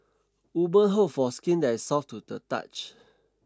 woman hope for skin that's soft to the touch